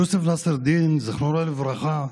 יוסף נסראלדין, זיכרונו לברכה,